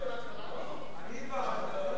חבר הכנסת אריה אלדד לא נתקבלה.